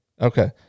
Okay